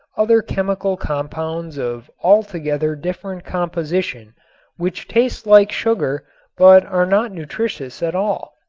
other chemical compounds of altogether different composition which taste like sugar but are not nutritious at all.